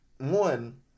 One